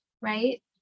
right